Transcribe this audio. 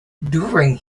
during